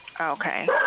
Okay